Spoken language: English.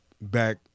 back